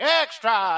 extra